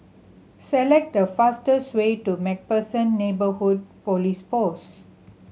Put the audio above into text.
select the fastest way to Macpherson Neighbourhood Police Post